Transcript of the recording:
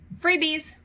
freebies